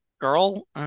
girl